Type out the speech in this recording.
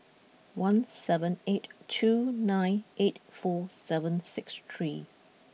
one seven eight two nine eight four seven six three